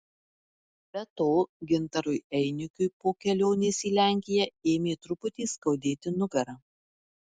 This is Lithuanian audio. be to gintarui einikiui po kelionės į lenkiją ėmė truputį skaudėti nugarą